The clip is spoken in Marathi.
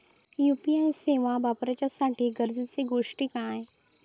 यू.पी.आय सेवा वापराच्यासाठी गरजेचे गोष्टी काय?